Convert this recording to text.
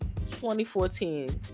2014